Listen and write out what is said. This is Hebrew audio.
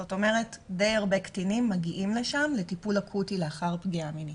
זאת אומרת די הרבה קטינים מגיעים לשם לטיפול אקוטי לאחר פגיעה מינית.